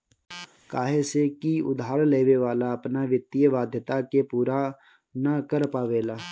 काहे से की उधार लेवे वाला अपना वित्तीय वाध्यता के पूरा ना कर पावेला